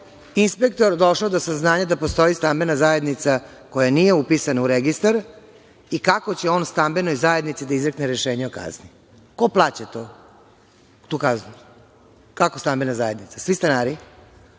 inspektor došao do saznanja da postoji stambena zajednica koja nije upisana u registar i kako će on stambenoj zajednici da izrekne rešenje o kazni? Ko plaća tu kaznu? Stambena zajednica, svi stanari?